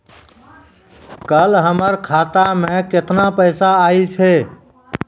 कल हमर खाता मैं केतना पैसा आइल छै?